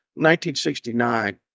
1969